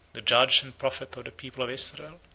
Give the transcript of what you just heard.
the judge and prophet of the people of israel.